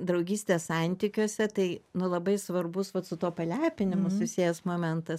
draugystės santykiuose tai nu labai svarbus vat su tuo palepinimu susijęs momentas